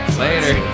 later